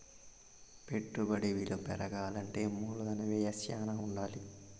పెట్టుబడి విలువ పెరగాలంటే మూలధన వ్యయం శ్యానా ఉండాలి